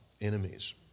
enemies